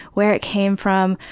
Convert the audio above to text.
where it came from,